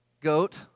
goat